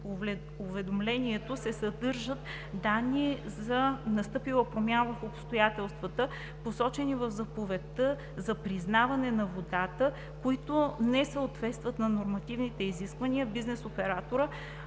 уведомлението се съдържат данни за настъпила промяна в обстоятелствата, посочени в заповедта за признаване на водата, които не съответстват на нормативните изисквания, бизнес операторът